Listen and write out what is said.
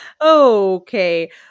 Okay